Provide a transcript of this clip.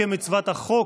כמצוות החוק,